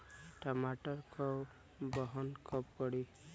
टमाटर क बहन कब पड़ी?